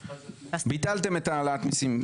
ביטלתם את העלת המיסים,